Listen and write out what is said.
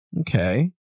Okay